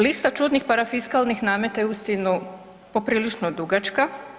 Lista čudnih parafiskalnih nameta je uistinu poprilično dugačka.